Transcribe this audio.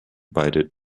beide